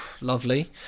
lovely